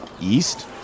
east